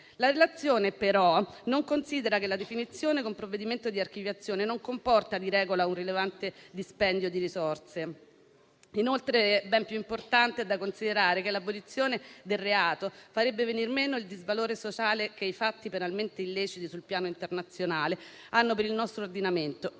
La relazione, però, non considera che la definizione con provvedimento di archiviazione non comporta, di regola, un rilevante dispendio di risorse. Inoltre, ben più importante da considerare è che l'abolizione del reato farebbe venir meno il disvalore sociale che i fatti penalmente illeciti sul piano internazionale hanno per il nostro ordinamento